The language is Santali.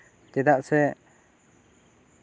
ᱪᱮᱫᱟᱜ ᱥᱮ